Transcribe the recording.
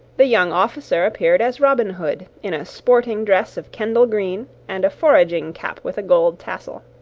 the young officer appeared as robin hood, in a sporting dress of kendal green and a foraging cap with a gold tassel.